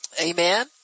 Amen